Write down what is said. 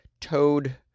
toad